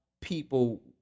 people